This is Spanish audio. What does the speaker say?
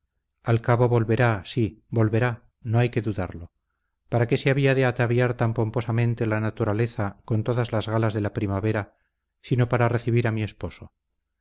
al cabo volverá sí volverá no hay que dudarlo para qué se había de ataviar tan pomposamente la naturaleza con todas las galas de la primavera sino para recibir a mi esposo